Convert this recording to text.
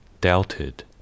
doubted